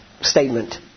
statement